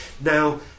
Now